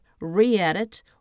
re-edit